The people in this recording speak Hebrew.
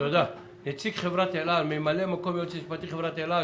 אבל לגבי השבת הכספים שאצל סוכני הנסיעות,